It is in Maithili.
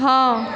हाँ